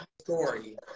story